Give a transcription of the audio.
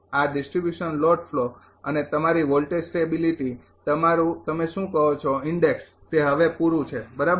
આ distribution load flow અને તમારી વોલ્ટેજ સ્ટેબિલીટી તમારું તમે શું કહો છો ઇન્ડેક્ષ તે હવે પૂરું છે બરાબર